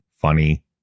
funny